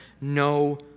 no